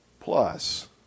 plus